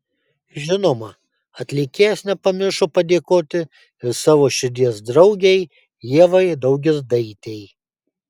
žinoma atlikėjas nepamiršo padėkoti ir savo širdies draugei ievai daugirdaitei